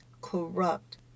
corrupt